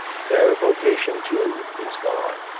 their vocation, too, is gone.